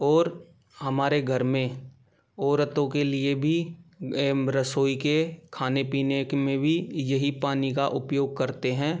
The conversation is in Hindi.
और हमारे घर में औरतों के लिए भी एवं रसोई के खाने पीने की में भी यही पानी का उपयोग करते हैं